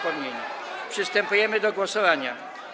Przystępujemy do głosowania.